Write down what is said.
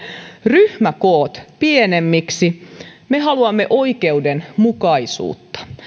ryhmäkoot pienemmiksi me haluamme oikeudenmukaisuutta